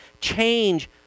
change